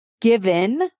given